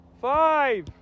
five